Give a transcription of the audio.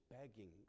begging